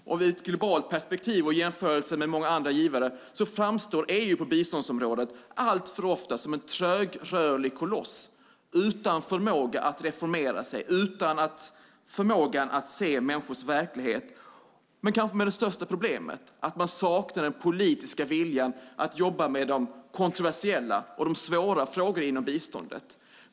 Och i ett globalt perspektiv och i jämförelse med många andra givare framstår EU på biståndsområdet alltför ofta som en trögrörlig koloss utan förmåga att reformera sig och utan förmåga att se människors verklighet. Men det kanske största problemet är att man saknar den politiska viljan att jobba med de kontroversiella och de svåra frågorna inom biståndet.